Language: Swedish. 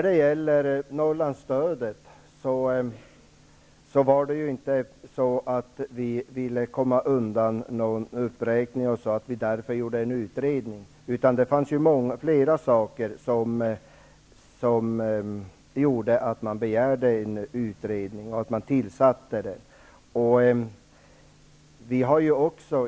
Det var inte så att vi ville komma undan en uppräkning av Norrlandsstödet och att vi tillsatte en utredning av den anledningen. Det fanns flera anledningar till att utredningen tillsattes.